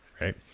right